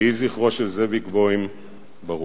יהי זכרו של זאביק בוים ברוך.